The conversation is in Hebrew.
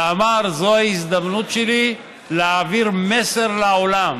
ואמר: זו ההזדמנות שלי להעביר מסר לעולם.